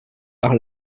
par